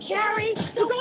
Carrie